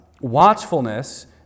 Watchfulness